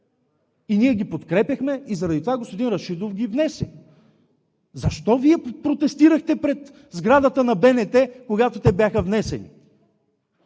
Ние ги подкрепяхме и заради това господин Рашидов ги внесе. Защо Вие протестирахте пред сградата на БНТ, когато те бяха внесени?!